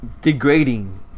degrading